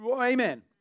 Amen